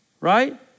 Right